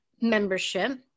membership